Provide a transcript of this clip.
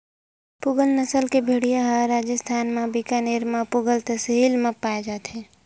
पूगल नसल के भेड़िया ह राजिस्थान म बीकानेर म पुगल तहसील म पाए जाथे